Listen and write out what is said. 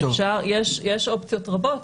יש אופציות רבות,